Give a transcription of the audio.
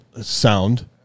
Sound